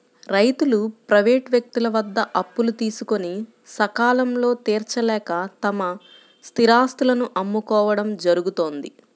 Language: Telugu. రైతులు ప్రైవేటు వ్యక్తుల వద్ద అప్పులు తీసుకొని సకాలంలో తీర్చలేక తమ స్థిరాస్తులను అమ్ముకోవడం జరుగుతోంది